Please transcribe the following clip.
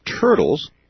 turtles